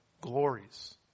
glories